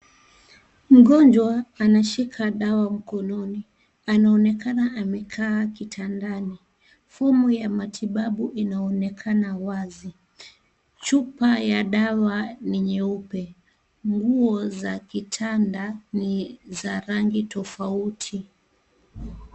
Mgonjwa anashika dawa mkononi anaonekana amekaa kitandani fomu ya matibabu inaonekana wazi chupa ya dawa ni nyeupe, nguo za kitanda ni za rangi tofauti.